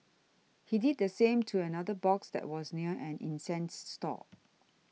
he did the same to another box that was near an incense stall